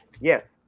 Yes